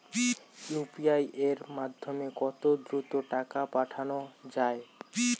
UPI এর মাধ্যমে কত দ্রুত টাকা পাঠানো যায়?